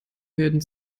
fäden